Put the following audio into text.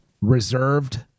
reserved